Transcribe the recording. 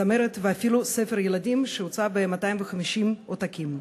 זמרת ואפילו ספר ילדים שהוצא ב-250 עותקים.